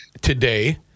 today